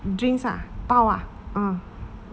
drinks ah 包 ah a'ah